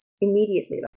immediately